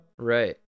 right